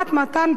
(תיקון,